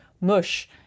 mush